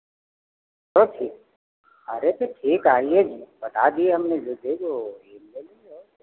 तो ठीक अरे तो ठीक आइए बता दिए हमने जो दे दो भी हम ले लेंगे और क्या